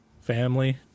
family